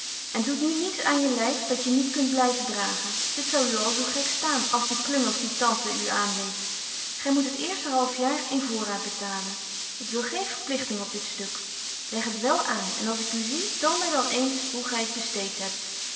en doet nu niets aan je lyf dat je niet kunt blyven dragen dit zou u al zo gek staan als die klungels die tante u aan deedt gy moet het eerste half jaar in voorraad betalen ik wil geen verplichting op dit stuk leg het wel aan en als ik u zie toon my dan eens hoe gy't besteet hebt